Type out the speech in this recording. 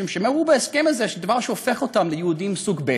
משום שהם ראו בהסכם הזה דבר שהופך אותם ליהודים סוג ב':